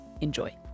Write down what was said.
enjoy